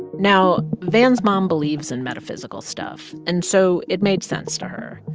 now, van's mom believes in metaphysical stuff, and so it made sense to her